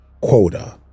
quota